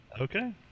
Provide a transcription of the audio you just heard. Okay